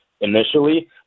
initially